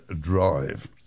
Drive